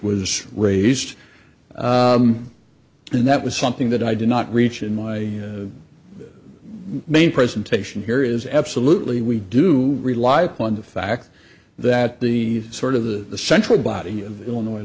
was raised and that was something that i did not reach in my main presentation here is absolutely we do rely on the fact that the sort of the central body of illinois